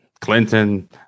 Clinton